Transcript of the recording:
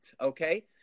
Okay